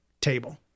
table